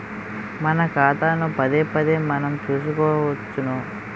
మన ఖాతాను పదేపదే మనం చూసుకోవచ్చును